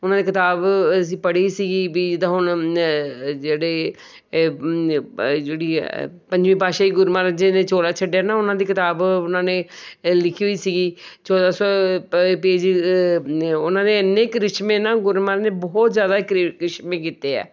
ਉਨ੍ਹਾਂ ਦੀ ਕਿਤਾਬ ਅਸੀਂ ਪੜ੍ਹੀ ਸੀਗੀ ਵੀ ਜਿੱਦਾਂ ਹੁਣ ਜਿਹੜੇ ਜਿਹੜੀ ਪੰਜਵੀਂ ਪਾਤਸ਼ਾਹੀ ਗੁਰੂ ਮਹਾਰਾਜ ਜੀ ਨੇ ਚੋਲਾ ਛੱਡਿਆ ਨਾ ਉਹਨਾਂ ਦੀ ਕਿਤਾਬ ਉਹਨਾਂ ਨੇ ਲਿਖੀ ਹੋਈ ਸੀਗੀ ਚੌਦ੍ਹਾਂ ਸੌ ਪ ਪੇਜਿਸ ਉਹਨਾਂ ਨੇ ਇਨੇ ਕਰਿਸ਼ਮੇ ਨਾ ਗੁਰੂ ਮਹਾਰਾਜ ਨੇ ਬਹੁਤ ਜ਼ਿਆਦਾ ਕ ਕਰਿਸ਼ਮੇ ਕੀਤੇ ਆ